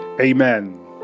Amen